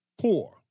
Poor